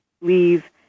leave